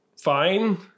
fine